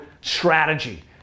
strategy